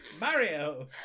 Mario